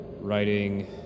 writing